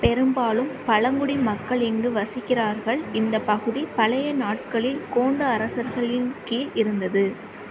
பெரும்பாலும் பழங்குடி மக்கள் இங்கு வசிக்கிறார்கள் இந்த பகுதி பழைய நாட்களில் கோண்டு அரசர்களின் கீழ் இருந்தது